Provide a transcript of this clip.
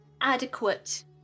adequate